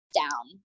down